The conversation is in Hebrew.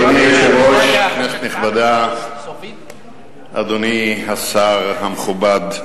אדוני היושב-ראש, כנסת נכבדה, אדוני השר המכובד,